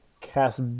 cast